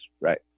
right